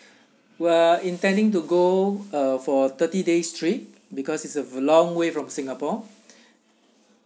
we're intending to go uh for thirty days trip because it's a long way from singapore